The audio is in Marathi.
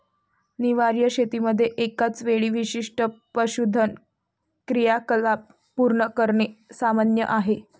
निर्वाह शेतीमध्ये एकाच वेळी विशिष्ट पशुधन क्रियाकलाप पूर्ण करणे सामान्य आहे